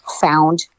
found